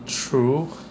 true